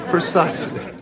Precisely